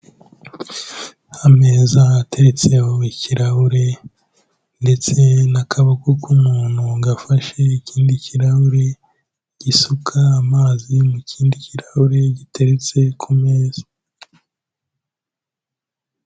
Ameza ateretseho ikirahure ndetse n'akaboko k'umuntu gafashe ikindi kirahuri gisuka amazi mu kindi kirahure giteretse ku meza.